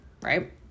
right